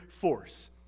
force